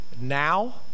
now